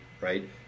right